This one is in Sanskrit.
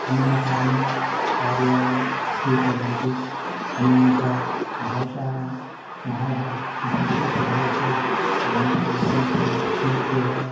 अनेकानि कार्याणि स्वीकुर्वन्ति अनेकां भाषां भाषा संस्कृतभाषे ग्रन्थानि सन्ति किन्तु वा